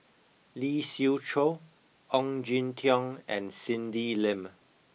Lee Siew Choh Ong Jin Teong and Cindy Lim